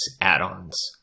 add-ons